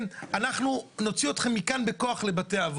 'אנחנו נוציא אתכם מכאן בכוח לבתי אבות'.